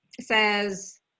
says